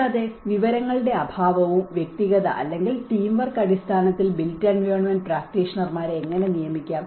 കൂടാതെ വിവരങ്ങളുടെ അഭാവവും വ്യക്തിഗത അല്ലെങ്കിൽ ടീം വർക്ക് അടിസ്ഥാനത്തിൽ ബിൽറ്റ് എൻവയോൺമെന്റ് പ്രാക്ടീഷണർമാരെ എങ്ങനെ നിയമിക്കാം